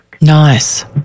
Nice